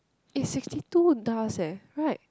eh sixty two does eh right